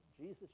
Jesus